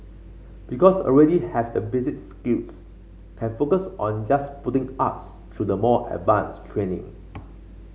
because already have the basic skills can focus on just putting us through the more advanced training